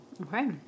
Okay